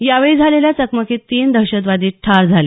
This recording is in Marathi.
यावेळी झालेल्या चकमकीत तीन दहशतवादी ठार झाले